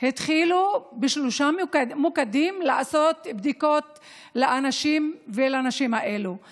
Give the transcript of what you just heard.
התחילו לעשות בדיקות לאנשים ולנשים האלו בשלושה מוקדים.